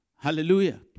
Hallelujah